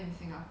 !wow!